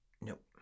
Nope